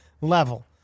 level